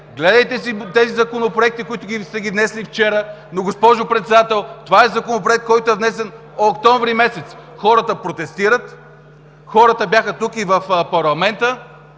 Гледайте си тези законопроекти, които сте внесли вчера. Госпожо Председател, това е Законопроект, който е внесен през октомври месец! Хората протестират, те бяха тук, в парламента!